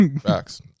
Facts